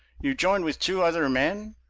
you joined with two other men,